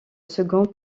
second